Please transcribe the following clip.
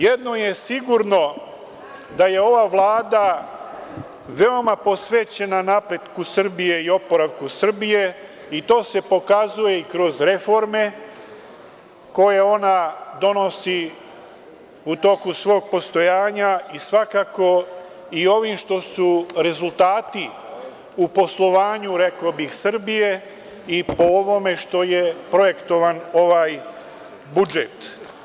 Jedno je sigurno, da je ova Vlada veoma posvećena napretku Srbije i oporavku Srbije i to se pokazuje i kroz reforme koje ona donosi u toku svog postojanja i svakako i ovim što su rezultati u poslovanju, rekao bih, Srbije i po ovome što je projektovan ovaj budžet.